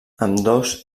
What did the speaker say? ambdós